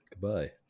Goodbye